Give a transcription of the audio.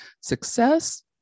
Success